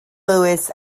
lewis